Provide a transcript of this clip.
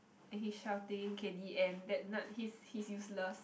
and he's shouting K the end that nut he's he's useless